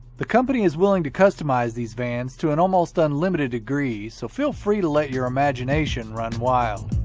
the company is willing to customize these vans to an almost unlimited degree so feel free to let your imagination run wild!